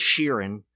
Sheeran